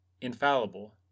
infallible